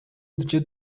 uduce